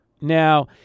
now